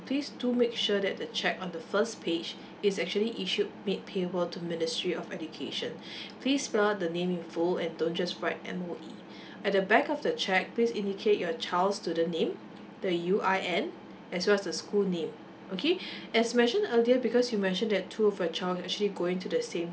please do make sure that the cheque on the first page is actually issued made payable to ministry of education please spell the name in full and don't just write M_O_E at the back of the cheque please indicate your child's student name the U_I_N as well as the school name okay as mentioned earlier because you mentioned that two of your child actually going to the same